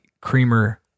creamer